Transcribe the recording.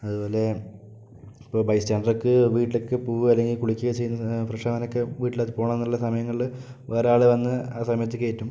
അതുപോലെ ഇപ്പോൾ ബൈസ്റ്റാൻഡർക്ക് വീട്ടിലൊക്കെ പോവുകയോ അല്ലങ്കിൽ കുളിക്കുകയോ ചെയ്യണമെങ്കിൽ ഫ്രഷാകാനൊക്കെ വീട്ടിലേക്ക് പോകണമെന്നുള്ള സമയങ്ങളില് വേറൊരാളെ വന്ന് ആ സമയത്ത് കയറ്റും